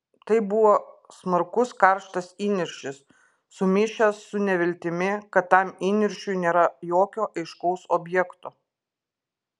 tai buvo smarkus karštas įniršis sumišęs su neviltimi kad tam įniršiui nėra jokio aiškaus objekto